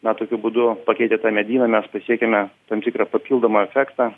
na tokiu būdu pakeitę medyną mes pasiekiame tam tikrą papildomą efektą